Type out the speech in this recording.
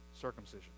circumcision